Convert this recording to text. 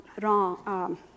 wrong